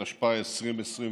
התשפ"א 2021,